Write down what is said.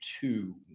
two